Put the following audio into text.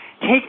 take